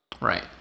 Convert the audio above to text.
Right